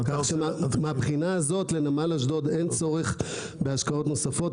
כך שמהבחינה הזאת לנמל אשדוד אין צורך בהשקעות נוספות.